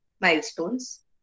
milestones